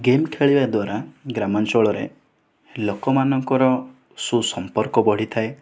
game ଖେଳିବା ଦ୍ୱାରା ଗ୍ରାମାଞ୍ଚଳରେ ଲୋକମାନଙ୍କର ସୁସମ୍ପର୍କ ବଢ଼ିଥାଏ